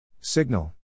Signal